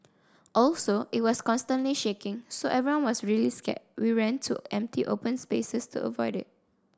also it was constantly shaking so everyone was really scared we ran to empty open spaces to avoid it